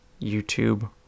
YouTube